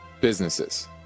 businesses